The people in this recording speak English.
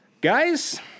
Guys